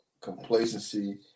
complacency